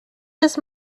his